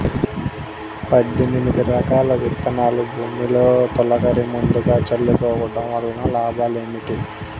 పద్దెనిమిది రకాల విత్తనాలు భూమిలో తొలకరి ముందుగా చల్లుకోవటం వలన లాభాలు ఏమిటి?